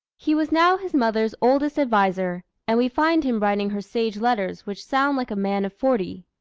he was now his mother's oldest adviser, and we find him writing her sage letters which sound like a man of forty.